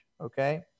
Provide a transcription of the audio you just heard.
Okay